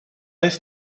jest